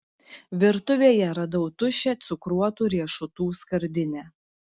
virtuvėje radau tuščią cukruotų riešutų skardinę